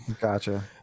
Gotcha